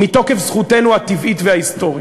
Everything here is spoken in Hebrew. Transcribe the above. מתוקף זכותנו הטבעית וההיסטורית.